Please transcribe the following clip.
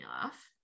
off